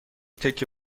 تکه